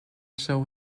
show